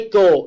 go